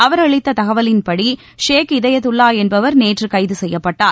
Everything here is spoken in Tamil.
அவர் அளித்த தகவலின்படி ஷேக் இதயத்துல்லா என்பவர் நேற்று கைது செய்யப்பட்டுள்ளார்